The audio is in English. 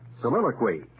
Soliloquy